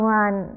one